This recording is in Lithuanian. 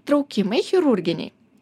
traukimai chirurginiai